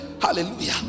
Hallelujah